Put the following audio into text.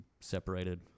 Separated